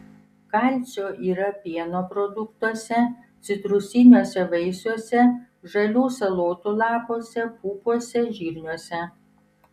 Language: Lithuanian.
kalcio yra pieno produktuose citrusiniuose vaisiuose žalių salotų lapuose pupose žirniuose